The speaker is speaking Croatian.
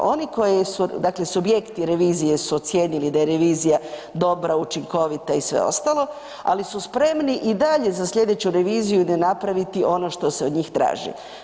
Oni koji dakle subjekti revizije su ocijenili da je revizija dobra, učinkovita i sve ostalo, ali su spremni i dalje za sljedeću reviziju ne napraviti ono što se od njih traži.